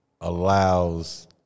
allows